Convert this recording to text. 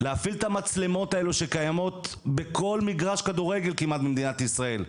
להפעיל את המצלמות האלו שקיימות בכל מגרש כדורגל כמעט במדינת ישראל.